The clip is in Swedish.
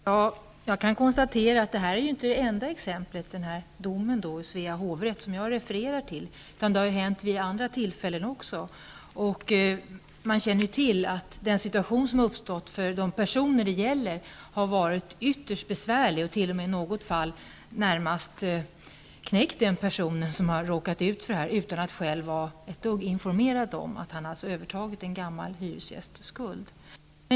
Herr talman! Domen i Svea hovrätt som jag refererar till är inte det enda exemplet, utan samma sak har hänt vid andra tillfällen också. Man känner till att den situation som uppstått för de personer det gäller har varit ytterst besvärlig och t.o.m. i något fall närmast knäckt personen som råkat ut för att utan att själv vara ett dugg informerad om det nödgas överta en tidigare hyresgästs skuld.